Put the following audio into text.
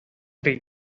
three